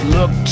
Look